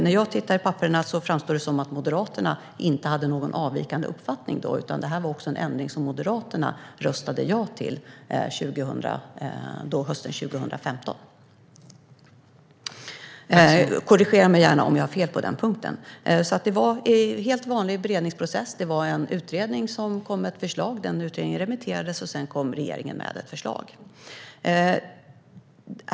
När jag tittar i papperen framstår det som att Moderaterna inte hade någon avvikande uppfattning då utan att det här var en ändring som även Moderaterna röstade ja till hösten 2015. Korrigera mig gärna om jag har fel på den punkten! Det var en helt vanlig beredningsprocess. Det var en utredning som kom med ett förslag. Utredningen remitterades, och sedan kom regeringen med ett förslag.